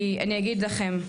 אני אגיד לכם,